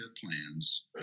plans